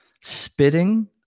spitting